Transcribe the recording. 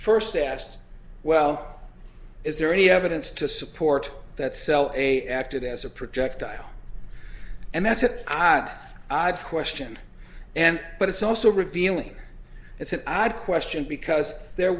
first asked well is there any evidence to support that cell eight acted as a projectile and that's it odd i've questioned and but it's also revealing it's an odd question because there